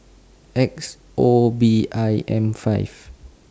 X O B I M five